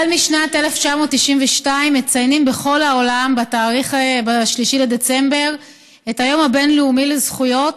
מאז שנת 1992 מציינים בכל העולם ב-3 בדצמבר את היום הבין-לאומי לזכויות